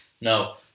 No